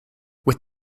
with